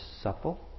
supple